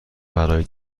برای